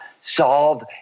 solve